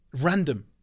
Random